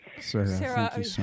Sarah